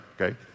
Okay